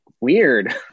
weird